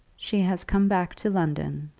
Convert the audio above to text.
she has come back to london,